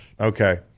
Okay